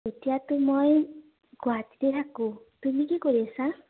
এতিয়াতো মই গুৱাহাটীতে থাকোঁ তুমি কি কৰি আছা